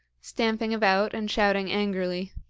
stamping about and shouting angrily.